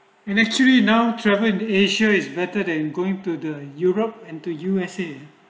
you actually now travel asia is better than going to the europe and to U_S_A